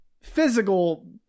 physical